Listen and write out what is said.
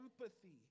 empathy